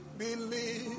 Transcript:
believe